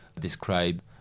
describe